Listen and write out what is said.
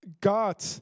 God